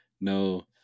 no